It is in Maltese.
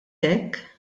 hekk